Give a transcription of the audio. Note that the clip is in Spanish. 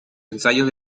ensayos